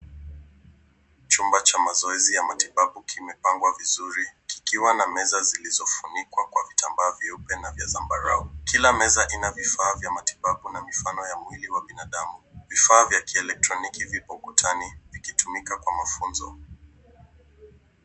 Chumba cha mazoezi ya matibabu kimepangwa vizuri kikiwa na meza zilizofunikwa kwa vitambaa vyeupe na vya zambarau. Kila meza ina vifaa vya matibabu na mifano ya mwili wa binadamu. Vifaa vya kielektroniki vipo ukutani vikitumika kwa mafunzo.